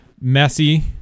messy